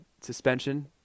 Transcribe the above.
suspension